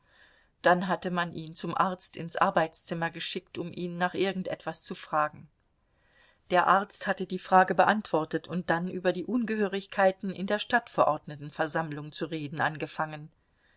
dann hatte man ihn zum arzt ins arbeitszimmer geschickt um ihn nach irgend etwas zu fragen der arzt hatte die frage beantwortet und dann über die ungehörigkeiten in der stadtverordnetenversammlung zu reden angefangen